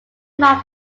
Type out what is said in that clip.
mark